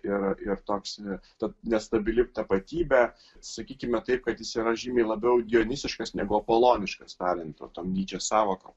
ir ir toks tad nestabili tapatybė sakykime taip kad jis yra žymiai labiau dioniziškas negu apoloniškas talento tom nyčės sąvokom